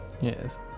Yes